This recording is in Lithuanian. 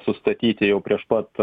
sustatyti jau prieš pat